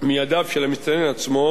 מידיו של המסתנן עצמו,